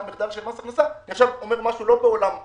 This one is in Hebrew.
מחדל של מס הכנסה עכשיו אני אומר משהו לא בעולם המיסוי,